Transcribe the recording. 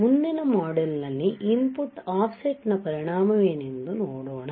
ಮುಂದಿನ ಮಾಡ್ಯೂಲ್ ನಲ್ಲಿ input of set ನ ಪರಿಣಾಮವೇನು ಎಂದು ನೋಡೋಣ